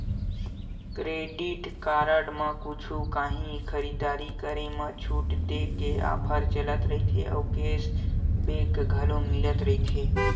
credit card म कुछु काही खरीददारी करे म छूट देय के ऑफर चलत रहिथे अउ केस बेंक घलो मिलत रहिथे